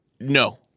No